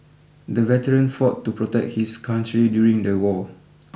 the veteran fought to protect his country during the war